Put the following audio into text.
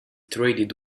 traded